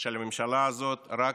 של הממשלה הזאת רק